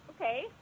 okay